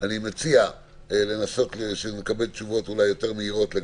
אני מציע לנסות לקבל תשובות מהירות יותר